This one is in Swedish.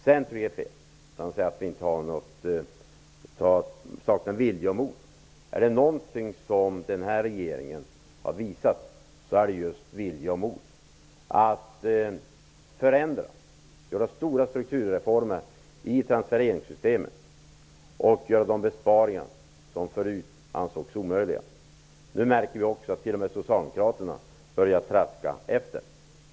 Dan Eriksson säger att vi saknar vilja och mod. Är det någonting som den här regeringen har visat så är det just vilja och mod att förändra, göra stora strukturreformer i transfereringssystemen och göra de besparingar som förut ansågs omöjliga. Nu märker vi också att t.o.m. Socialdemokraterna börjar traska efter.